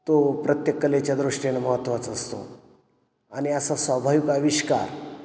तो प्रत्येक कलेच्या दृष्टीने महत्त्वाच असतो आणि असा स्वाभाविक आविष्कार